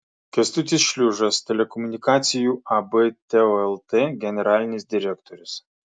kęstutis šliužas telekomunikacijų ab teo lt generalinis direktorius